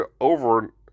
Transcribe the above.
over